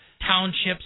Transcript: townships